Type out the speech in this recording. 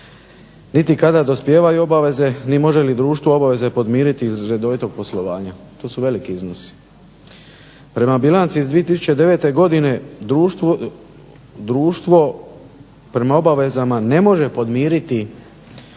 niti kada dospijevaju obaveze niti može li društvo obaveze podmiriti iz redovitog poslovanja. To su veliki iznosi. Prema bilanci iz 2009. godine društvo prema obavezama ne može podmiriti svoje